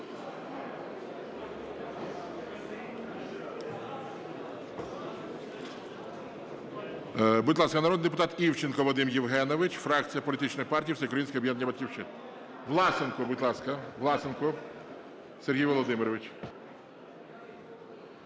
Будь ласка, народний депутат Івченко Вадим Євгенович, фракція Політичної партії "Всеукраїнське об'єднання "Батьківщина". Власенко, будь ласка. Власенко Сергій Володимирович.